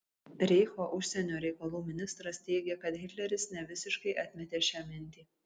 reicho užsienio reikalų ministras teigė kad hitleris nevisiškai atmetė šią mintį